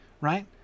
right